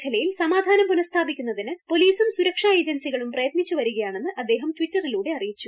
മേഖലയിൽ സമാധാനം പുനഃസ്ഥാപിക്കുന്നതിന് പൊലീസും സുരക്ഷാ ഏജൻസികളും പ്രയത്നിച്ചുവരികയാണെന്ന് അദ്ദേഹം ട്വിറ്ററിലൂടെ അറിയിച്ചു